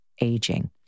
aging